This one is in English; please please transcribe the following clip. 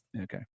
okay